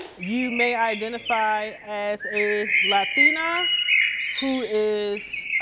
you may identify as a latina who is